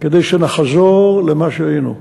כדי שנחזור למה שהיינו.